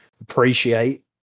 appreciate